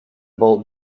bolt